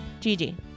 Gigi